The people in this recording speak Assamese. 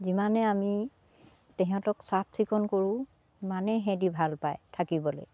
যিমানে আমি তেহঁতক চাফ চিকুণ কৰোঁ ইমানেই সেহেঁতি ভাল পায় থাকিবলে